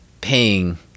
paying